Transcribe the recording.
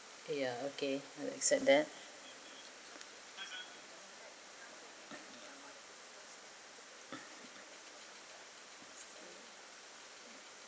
ya okay I'll accept that